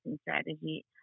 strategy